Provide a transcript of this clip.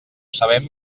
sabem